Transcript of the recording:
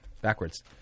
Backwards